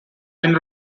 been